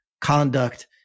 conduct